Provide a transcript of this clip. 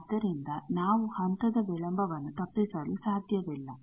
ಆದ್ದರಿಂದ ನಾವು ಹಂತದ ವಿಳಂಬವನ್ನು ತಪ್ಪಿಸಲು ಸಾಧ್ಯವಿಲ್ಲ